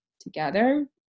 together